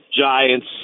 Giants